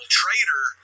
traitor